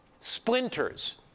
splinters